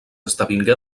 esdevingué